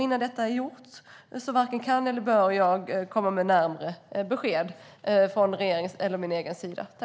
Innan detta är gjort varken kan eller bör jag komma med närmare besked från regeringens eller min egen sida.